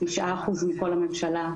תשעה אחוזים מכל הממשלה,